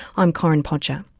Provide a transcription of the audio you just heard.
i'm corinne podger.